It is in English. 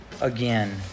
again